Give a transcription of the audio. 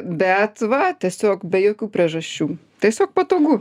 bet va tiesiog be jokių priežasčių tiesiog patogu